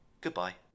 Goodbye